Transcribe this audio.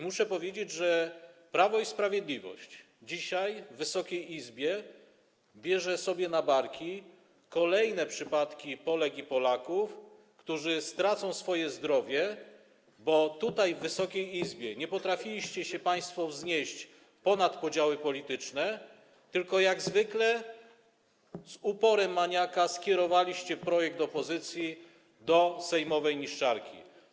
Muszę powiedzieć, że Prawo i Sprawiedliwość dzisiaj w Wysokiej Izbie bierze sobie na barki kolejne przypadki Polek i Polaków, którzy stracą swoje zdrowie, bo tutaj, w Wysokiej Izbie nie potrafiliście państwo wznieść się ponad podziały polityczne, tylko jak zwykle z uporem maniaka skierowaliście projekt opozycji do sejmowej niszczarki.